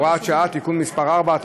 הוראת שעה) (תיקון מס' 4),